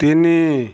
ତିନି